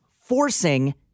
forcing